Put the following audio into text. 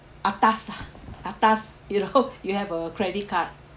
atas lah atas you know you have a credit card